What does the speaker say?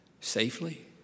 safely